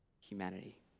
humanity